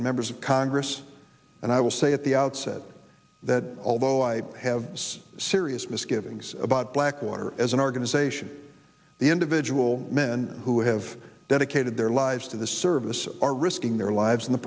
members of congress and i will say at the outset that although i have serious misgivings about blackwater as an organization the individual men who have dedicated their lives to the service are risking their lives in the